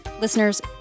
Listeners